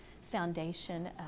foundation